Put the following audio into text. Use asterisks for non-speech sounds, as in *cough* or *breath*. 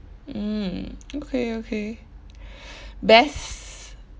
mm okay okay *breath* best